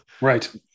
right